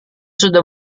sudah